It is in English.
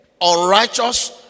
unrighteous